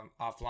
offline